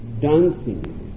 dancing